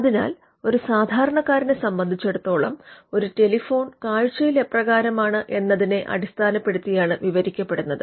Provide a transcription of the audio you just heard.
അതിനാൽ ഒരു സാധാരണക്കാരനെ സംബന്ധിച്ചിടത്തോളം ഒരു ടെലിഫോൺ കാഴ്ച്ചയിൽ എപ്രകാരമാണ് എന്നതിനെ അടിസ്ഥാനപ്പെടുത്തിയാണ് വിവരിക്കപ്പെടുന്നത്